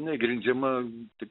neginčijama tik